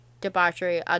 debauchery